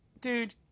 dude